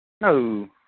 No